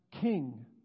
King